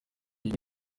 iyi